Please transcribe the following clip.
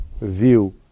view